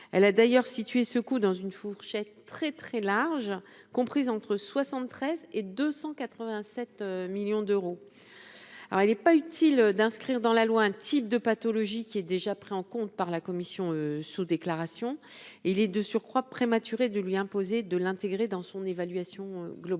elle a d'ailleurs situés secoue dans une fourchette très très large comprise entre 73 et 287 millions d'euros, alors il est pas utile d'inscrire dans la loi un type de pathologie qui est déjà pris en compte par la Commission sous-déclaration, il est de surcroît prématuré de lui imposer de l'intégrer dans son évaluation globale